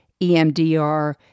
EMDR